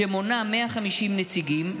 שמונה 150 נציגים,